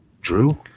Drew